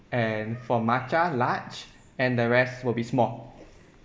and for matcha large and the rest will be small